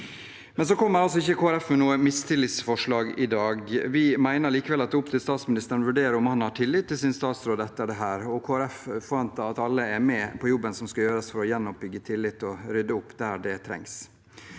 kommer ikke med noe mistillitsforslag i dag. Vi mener likevel at det er opp til statsministeren å vurdere om han har tillit til sin statsråd etter dette, og Kristelig Folkeparti forventer at alle er med på jobben som skal gjøres for å gjenoppbygge tillit og rydde opp der det trengs.